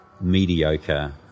mediocre